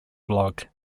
blog